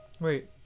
Wait